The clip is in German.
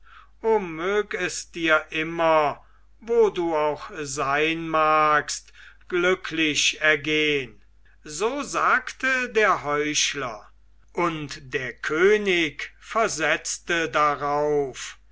o mög es dir immer wo du auch sein magst glücklich ergehen so sagte der heuchler und der könig versetzte darauf